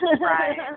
Right